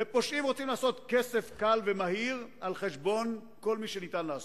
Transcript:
ופושעים רוצים לעשות כסף קל ומהיר על חשבון כל מי שניתן לעשות,